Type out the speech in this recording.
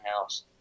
house